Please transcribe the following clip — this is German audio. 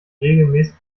regelmäßig